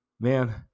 Man